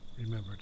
Remember